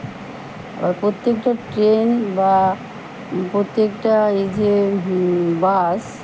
প্রত্যেকটা ট্রেন বা প্রত্যেকটা এই যে বাস